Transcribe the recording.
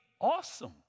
awesome